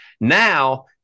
Now